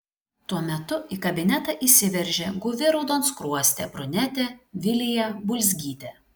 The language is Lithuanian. tuo metu į kabinetą įsiveržė guvi raudonskruostė brunetė vilija bulzgytė